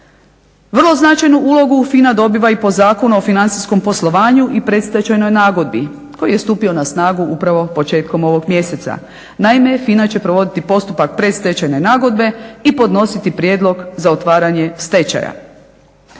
Vrlo značajnu ulogu FINA dobiva i po Zakonu o financijskom poslovanju i predstečajnoj nagodbi koji je stupio na snagu upravo početkom ovog mjeseca. Naime, FINA će provoditi postupak predstečajne nagodbe i podnositi prijedlog za otvaranje stečaja.